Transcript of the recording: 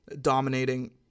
dominating